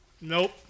Nope